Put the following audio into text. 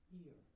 ear